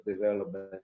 development